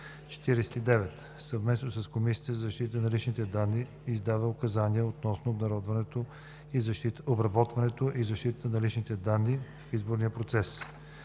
„49. съвместно с Комисията за защита на личните данни издава указания относно обработването и защитата на личните данни в изборния процес.“